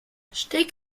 steek